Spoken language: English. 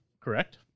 correct